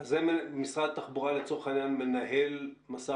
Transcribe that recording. אז משרד התחבורה לצורך העניין מנהל משא